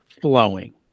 flowing